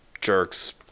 jerks